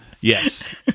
yes